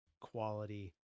quality